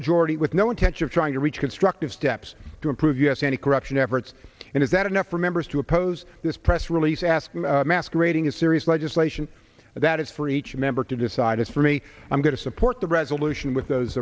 majority with no intention of trying to reach constructive steps to improve us anticorruption efforts and is that enough for members to oppose this press release asking masquerading as serious legislation that is for each member to decide it's for me i'm going to support the resolution with those